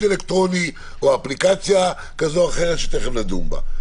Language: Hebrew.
אלקטרוני למשל או אפליקציה כזאת או אחרת שתיכף נדון בה.